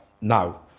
no